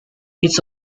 its